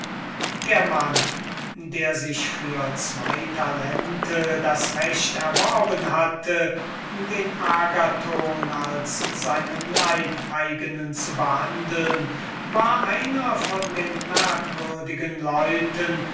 der mann der sich für zwei talente das recht erworben hatte den agathon als seinen leibeignen zu behandeln war einer von den merkwürdigen leuten